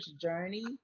journey